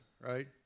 right